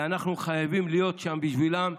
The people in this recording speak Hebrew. ואנחנו חייבים להיות שם בשבילם,